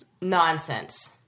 Nonsense